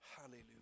hallelujah